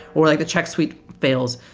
or like a check suite fails?